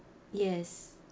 yes